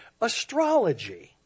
Astrology